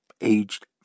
aged